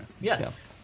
Yes